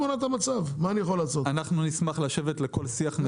אנחנו נשמח לשבת לכל שיח מסודר.